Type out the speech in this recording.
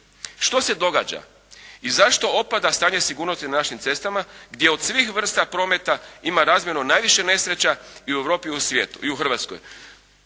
što se događa i zašto opada stanje sigurnosti na našim cestama gdje od svih vrsta prometa ima razmjerno najviše nesreća i u Europi